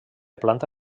planta